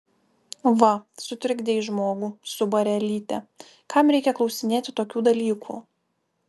va sutrikdei žmogų subarė elytė kam reikia klausinėti tokių dalykų